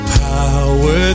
power